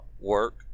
work